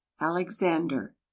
Alexander